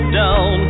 down